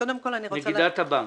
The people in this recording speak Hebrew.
נגידת הבנק.